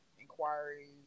inquiries